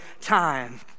time